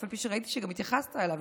אף על פי שראיתי שגם התייחסת אליו,